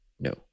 No